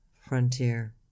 Frontier